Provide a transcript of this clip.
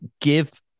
give